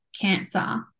Cancer